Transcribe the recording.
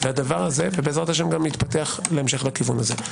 ובעז"ה זה בהמשך יתפתח בכיוון הזה.